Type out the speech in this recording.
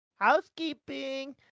Housekeeping